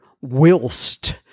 whilst